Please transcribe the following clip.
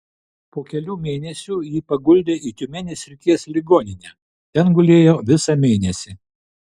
po kelių mėnesių jį paguldė į tiumenės srities ligoninę ten gulėjo visą mėnesį